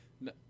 No